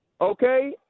Okay